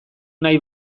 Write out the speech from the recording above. nahi